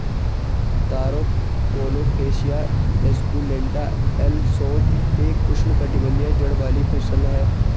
तारो colocasia esculenta L Schott एक उष्णकटिबंधीय जड़ वाली फसल है